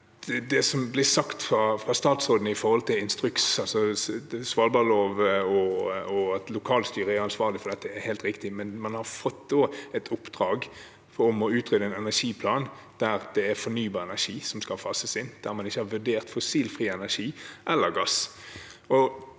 Det som blir sagt av statsråden når det gjelder instruks, svalbardlov og at lokalstyret er ansvarlig for dette, er helt riktig, men man har fått et oppdrag om å utrede en energiplan der det er fornybar energi som skal fases inn, der man ikke har vurdert fossilfri energi eller gasskraft.